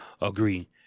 agree